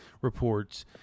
reports